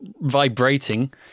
Vibrating